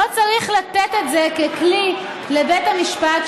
לא צריך לתת את זה ככלי לבית המשפט,